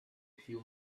few